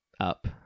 up